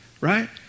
right